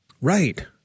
Right